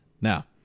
Now